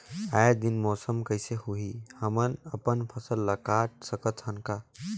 आय दिन मौसम कइसे होही, हमन अपन फसल ल काट सकत हन का?